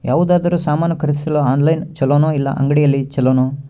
ಯಾವುದಾದರೂ ಸಾಮಾನು ಖರೇದಿಸಲು ಆನ್ಲೈನ್ ಛೊಲೊನಾ ಇಲ್ಲ ಅಂಗಡಿಯಲ್ಲಿ ಛೊಲೊನಾ?